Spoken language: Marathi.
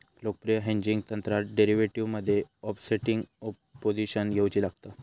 लोकप्रिय हेजिंग तंत्रात डेरीवेटीवमध्ये ओफसेटिंग पोझिशन घेउची लागता